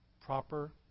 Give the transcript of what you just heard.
Proper